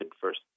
first